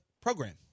program